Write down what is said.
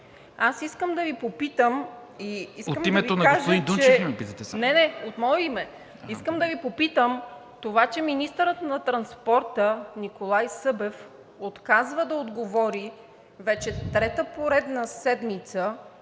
Искам да Ви попитам: това, че министърът на транспорта Николай Събев отказва да отговори – вече трета поредна седмица,